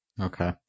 Okay